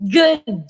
good